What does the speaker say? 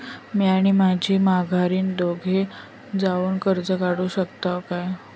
म्या आणि माझी माघारीन दोघे जावून कर्ज काढू शकताव काय?